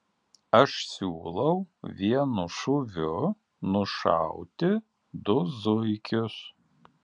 aš siūlau vienu šūviu nušauti du zuikius